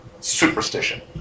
superstition